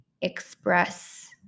express